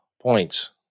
points